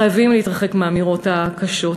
חייבים להתרחק מהאמירות הקשות.